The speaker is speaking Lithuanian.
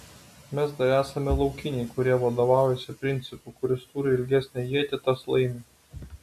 mes dar esame laukiniai kurie vadovaujasi principu kuris turi ilgesnę ietį tas laimi